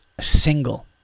single